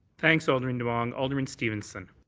thanks, alderman demong. alderman stevenson.